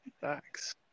Thanks